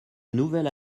nouvelle